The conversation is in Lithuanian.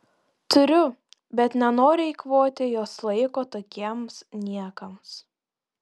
turiu bet nenoriu eikvoti jos laiko tokiems niekams